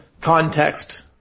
context